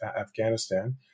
Afghanistan